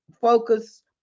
focus